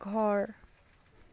ঘৰ